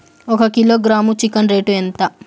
ఒక kilogram chicken rate ఎంత?